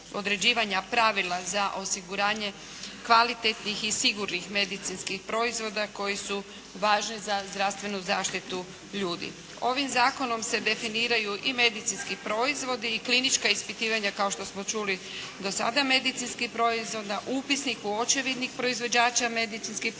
određivanja pravila za osiguranje kvalitetnih i sigurnih medicinskih proizvoda koji su važni za zdravstvenu zaštitu ljudi. Ovim zakonom se definiraju i medicinski proizvodi i klinička ispitivanja kao što smo čuli do sada medicinskih proizvoda, upisnik u očevidnik proizvođača medicinskih proizvoda